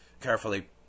Carefully